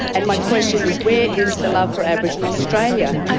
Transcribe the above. and my question is where is the love for aboriginal australia?